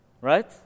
Right